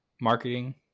marketing